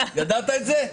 ידעת את זה?